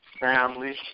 family